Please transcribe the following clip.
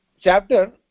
chapter